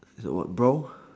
that what brown